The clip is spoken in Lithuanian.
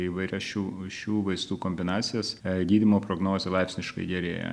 įvairias šių šių vaistų kombinacijas gydymo prognozė laipsniškai gerėja